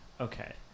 okay